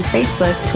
Facebook